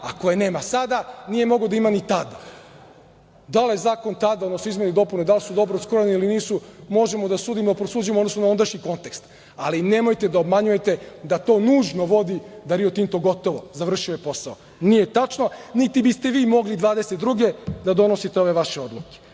Ako je nema sada, nije mogao ni da ima tada. Da li je zakon tada, odnosno da li su izmene i dopune da li su dobro skrojene ili nisu možemo da sudimo, prosuđujemo u odnosu na ondašnji kontekst, ali nemojte da obmanjujete da to nužno vodi da „Rio Tinto“ gotovo, završio je posao. Nije tačno, niti biste vi mogli 2022. godine da donosite ove vaše odluke. Dakle,